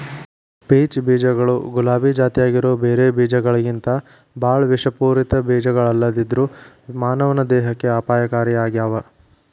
peach ಬೇಜಗಳು ಗುಲಾಬಿ ಜಾತ್ಯಾಗಿರೋ ಬ್ಯಾರೆ ಬೇಜಗಳಿಗಿಂತಬಾಳ ವಿಷಪೂರಿತ ಬೇಜಗಳಲ್ಲದೆದ್ರು ಮಾನವನ ದೇಹಕ್ಕೆ ಅಪಾಯಕಾರಿಯಾಗ್ಯಾವ